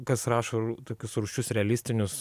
kas rašo tokius rūsčius realistinius